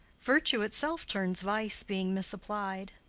virtue itself turns vice, being misapplied,